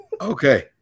Okay